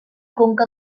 conca